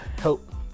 help